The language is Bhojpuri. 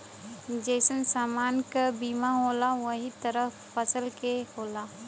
जइसन समान क बीमा होला वही तरह फसल के होला